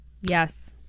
yes